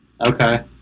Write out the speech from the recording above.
Okay